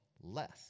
less